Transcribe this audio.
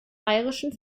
bayerischen